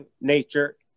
nature